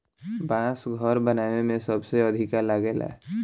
बांस घर बनावे में सबसे अधिका लागेला